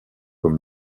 comme